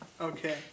Okay